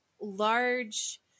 large